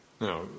Now